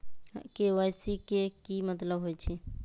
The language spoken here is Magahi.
के.वाई.सी के कि मतलब होइछइ?